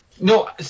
No